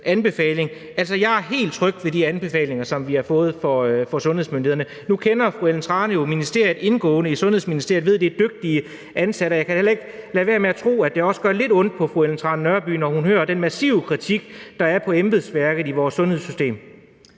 jeg er helt tryg ved de anbefalinger, som vi har fået fra sundhedsmyndighederne. Nu kender fru Ellen Trane Nørby jo Sundhedsministeriet indgående og ved, at det er dygtige ansatte. Jeg kan da heller ikke lade være med at tro, at det også gør lidt ondt på fru Ellen Trane Nørby, når hun hører den massive kritik, der er på embedsværket i vores sundhedssystem.